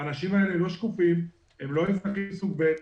האנשים האלה לא שקופים, הם לא אזרחים סוג ב'.